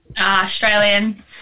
Australian